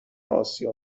آسیا